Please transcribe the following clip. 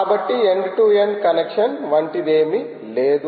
కాబట్టి end to end connection వంటిది ఏదీ లేదు